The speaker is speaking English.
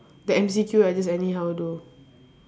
the M_C_Q I just anyhow do